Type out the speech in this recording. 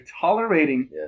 tolerating